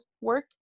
work